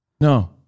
no